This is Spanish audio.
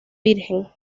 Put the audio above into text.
virgen